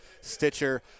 stitcher